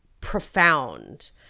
profound